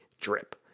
drip